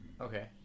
Okay